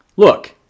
Look